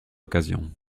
occasions